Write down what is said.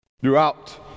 throughout